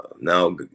Now